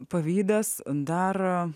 pavydas daro